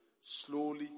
slowly